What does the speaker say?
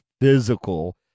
physical